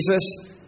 Jesus